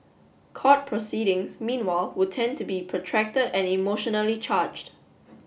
court proceedings meanwhile would tend to be protracted and emotionally charged